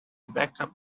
backup